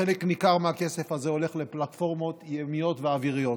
חלק ניכר מהכסף הזה הולך לפלטפורמות ימיות ואוויריות.